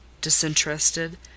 disinterested